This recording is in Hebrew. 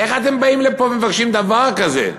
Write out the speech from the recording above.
איך אתם באים לפה ומבקשים דבר כזה?